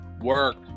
Work